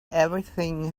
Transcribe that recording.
everything